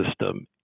system